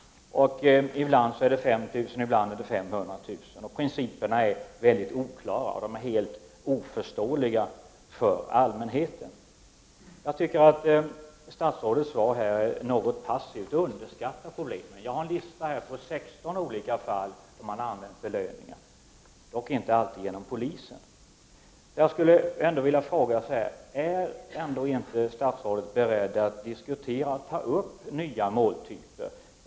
Ibland gäller det 5 000 kr., ibland 500 000 kr. Principerna är mycket oklara och helt oförståeliga för allmänheten. Jag tycker att statsrådets svar här något passivt underskattar problemen. Jag har här en lista på 16 fall där man har utfäst belöningar — dock inte alltid genom polisen. Är ändå inte statsrådet beredd att diskutera att ta upp nya måltyper?